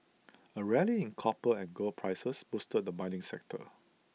A rally in copper and gold prices boosted the mining sector